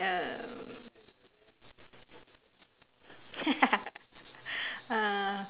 uh